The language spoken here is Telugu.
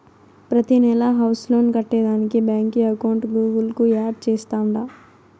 ప్రతినెలా హౌస్ లోన్ కట్టేదానికి బాంకీ అకౌంట్ గూగుల్ కు యాడ్ చేస్తాండా